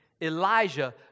Elijah